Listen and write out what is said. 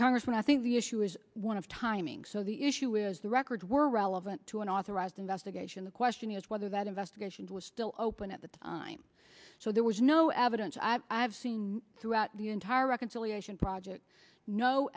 congressman i think the issue is one of timing so the issue is the records were relevant to an authorized investigation the question is whether that investigation was still open at the time so there was no evidence i have seen throughout the entire reconciliation project no